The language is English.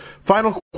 Final